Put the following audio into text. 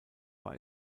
war